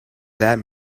that